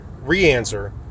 re-answer